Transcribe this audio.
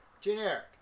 generic